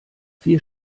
vier